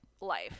life